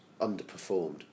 underperformed